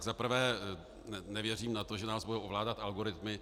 Za prvé nevěřím na to, že nás budou ovládat algoritmy.